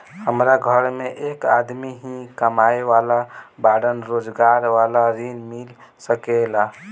हमरा घर में एक आदमी ही कमाए वाला बाड़न रोजगार वाला ऋण मिल सके ला?